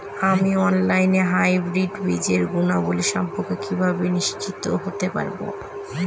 আমি অনলাইনে হাইব্রিড বীজের গুণাবলী সম্পর্কে কিভাবে নিশ্চিত হতে পারব?